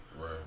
Right